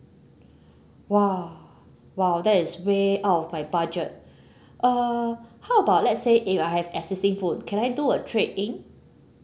!wah! !wow! that is way out my budget uh how about let's say if I have existing phone can I do a trade in